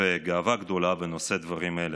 וגאווה גדולה, ונושא דברים אלה.